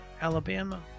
Alabama